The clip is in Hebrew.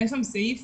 היה שם סעיף